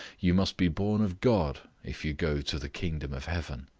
you must be born of god if you go to the kingdom of heaven.